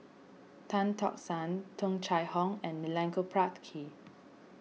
Tan Tock San Tung Chye Hong and Milenko Prvacki